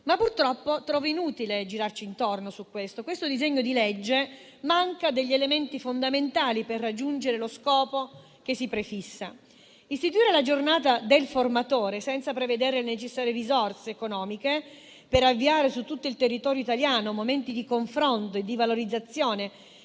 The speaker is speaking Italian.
ma purtroppo trovo inutile girare intorno al fatto che il presente disegno di legge manca degli elementi fondamentali per raggiungere lo scopo che si prefissa. Istituire la Giornata del formatore senza prevedere le necessarie risorse economiche per avviare su tutto il territorio italiano momenti di confronto e di valorizzazione